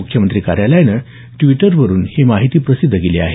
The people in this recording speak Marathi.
मुख्यमंत्री कार्यालयानं ड्वीटरवर ही माहिती प्रसिद्ध केली आहे